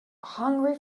hungry